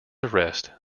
arrest